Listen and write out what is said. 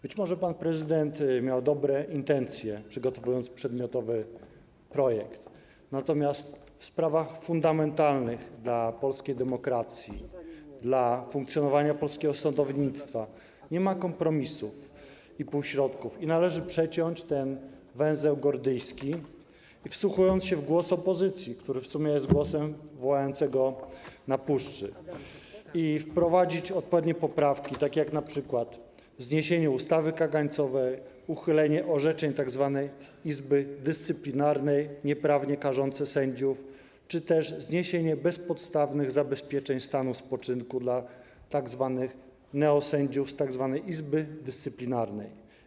Być może pan prezydent miał dobre intencje, przygotowując przedmiotowy projekt, natomiast w sprawach fundamentalnych dla polskiej demokracji, dla funkcjonowania polskiego sądownictwa nie ma kompromisów i półśrodków i należy przeciąć ten węzeł gordyjski, wsłuchując się w głos opozycji, który w sumie jest głosem wołającego na puszczy, i wprowadzić odpowiednie poprawki, np. dotyczące zniesienia ustawy kagańcowej, uchylenia orzeczeń tzw. Izby Dyscyplinarnej nieprawnie karzącej sędziów czy też zniesienia bezpodstawnych zabezpieczeń stanu spoczynku dla tzw. neosędziów z tzw. Izby Dyscyplinarnej.